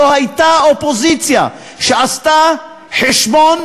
לא הייתה אופוזיציה שעשתה חשבון